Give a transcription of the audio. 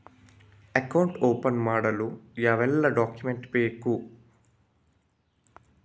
Account open ಮಾಡಲು ಯಾವೆಲ್ಲ document ಬೇಕು?